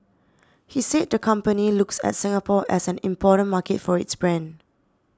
he said the company looks at Singapore as an important market for its brand